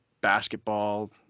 basketball